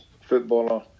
footballer